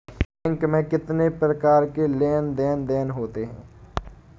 Bank में कितनी प्रकार के लेन देन देन होते हैं?